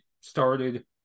started